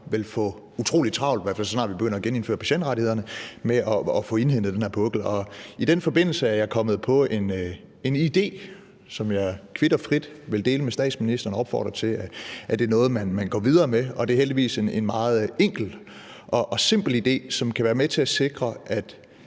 vil få utrolig travlt, i hvert fald så snart vi begynder at genindføre patientrettighederne, med at få nedbragt den her pukkel. I den forbindelse er jeg kommet på en idé, som jeg kvit og frit vil dele med statsministeren og opfordre til, at det er noget, man går videre med. Og det er heldigvis en meget enkel og simpel idé, som kan være med til at sikre, at